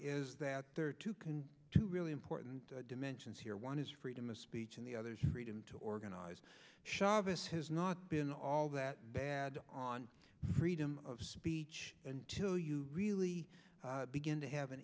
is that there are two can two really important dimensions here one is freedom of speech and the other's freedom to organize chavez has not been all that bad on freedom of speech until you really begin to have an